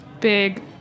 big